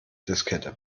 diskette